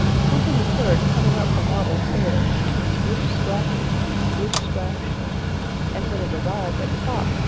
something was heard coming up the marble stairs, splish-splash, splish-splash and when it arrived at the top,